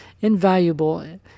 invaluable